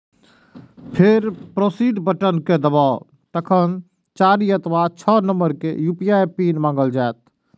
फेर proceed button कें दबाउ, तखन चारि अथवा छह नंबर के यू.पी.आई पिन मांगल जायत